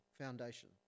foundation